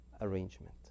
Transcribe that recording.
arrangement